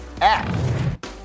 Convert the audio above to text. app